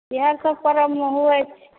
इएहा सब पर्बमे होइ छै